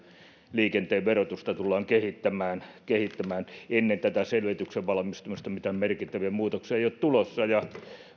liikenteen verotusta tullaan kehittämään kehittämään ennen tätä selvityksen valmistumista mitään merkittäviä muutoksia ei ole tulossa ja kun